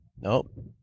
Nope